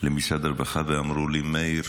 למשרד הרווחה ואמרו לי: מאיר,